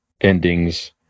endings